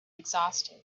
exhausted